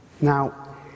Now